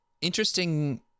interesting